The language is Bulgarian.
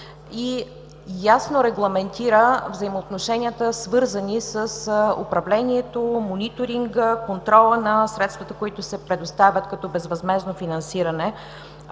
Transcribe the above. и ясно регламентира взаимоотношенията, свързани с управлението, мониторинга, контрола на средствата, които се предоставят като безвъзмездно финансиране